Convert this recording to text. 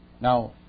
Now